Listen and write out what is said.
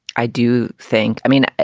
i do think i mean,